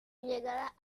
llegada